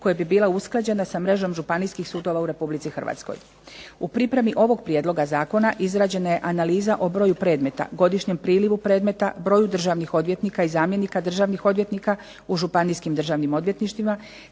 koje bi bile usklađene sa mrežom županijskih sudova u Republici Hrvatskoj. U pripremi ovog prijedloga zakona izrađena je analiza o broju predmeta, godišnjem prilivu predmeta, broju državnih odvjetnika i zamjenika državnih odvjetnika u županijskim državnim odvjetništvima,